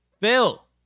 Phil